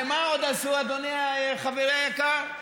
ומה עוד עשו, אדוני, חברי היקר?